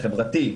חברתי,